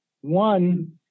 One